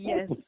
Yes